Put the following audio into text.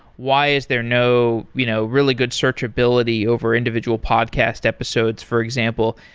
why is there no you know really good searchability over individual podcast episodes? for example.